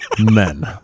Men